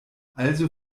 also